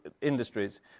industries